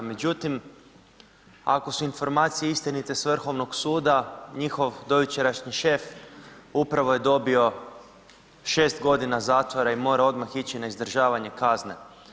Međutim, ako su informacije istinite s Vrhovnog suda, njihov dojučerašnji šef upravo je dobio 6 godina zatvora i mora odmah ići na izdržavanje kazne.